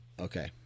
okay